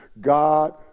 God